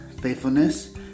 faithfulness